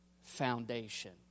foundation